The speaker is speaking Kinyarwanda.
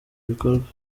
bikorwa